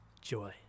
joy